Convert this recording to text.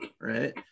right